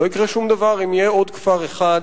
לא יקרה שום דבר אם יהיה עוד כפר אחד.